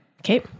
okay